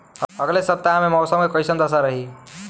अलगे सपतआह में मौसम के कइसन दशा रही?